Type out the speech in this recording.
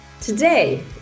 Today